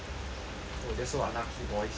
oh that's so unlucky boys